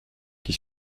qui